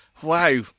Wow